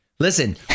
Listen